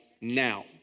now